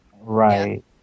Right